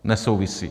Nesouvisí.